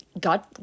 God